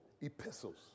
epistles